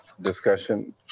discussion